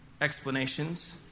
explanations